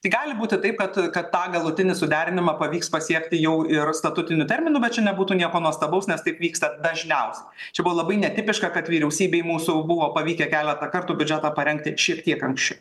tai gali būti taip kad kad tą galutinį suderinimą pavyks pasiekti jau ir statutiniu terminu bet čia nebūtų nieko nuostabaus nes taip vyksta dažniausiai čia buvo labai netipiška kad vyriausybei mūsų buvo pavykę keletą kartų biudžetą parengti šiek tiek anksčiau